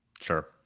Sure